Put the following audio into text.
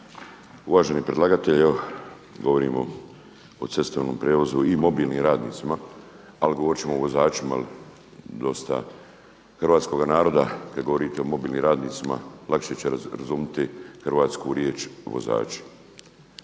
Uvaženi predlagatelju. Govorimo o cestovnom prijevozu i mobilnim radnicima, ali govorit ćemo o vozačima jel dosta hrvatskoga naroda kada govorite o mobilnim radnicima lakše će razumjeti hrvatsku riječ vozači.